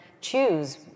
choose